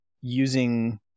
using